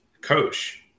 coach